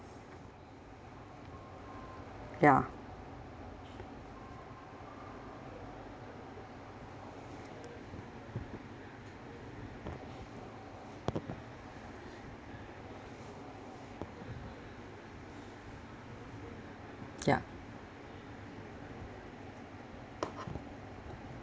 ya ya yup